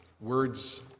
words